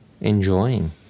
enjoying